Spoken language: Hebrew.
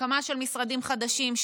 הקמה של משרדים חדשים,